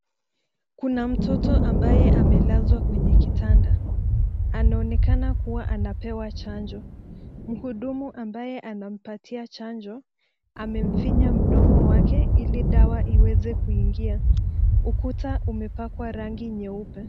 Kuna mtoto ambaye amelazwa kwenye kitanda anaonekana kuwa anapewa chanjo mhudumu ambaye anampatia chanjo amamfinya mdomo wake ili dawa iweze kuingia ukuta umepakwa rangi nyeupe.